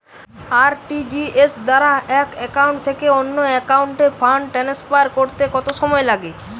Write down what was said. RTGS দ্বারা এক account থেকে অন্য একাউন্টে ফান্ড ট্রান্সফার করতে কত সময় লাগে?